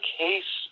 case